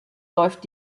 läuft